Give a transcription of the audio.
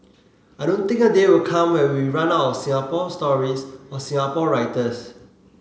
I don't think a day will come where we run out of Singapore stories or Singapore writers